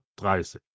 dreißig